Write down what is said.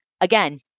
again